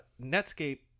Netscape